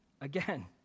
Again